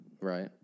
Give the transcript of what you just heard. right